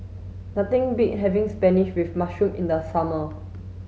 nothing beats having spinach with mushroom in the summer